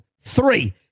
three